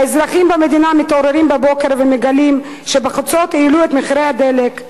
האזרחים במדינה מתעוררים בבוקר ומגלים שבחצות העלו את מחיר הדלק,